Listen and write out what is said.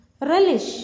Relish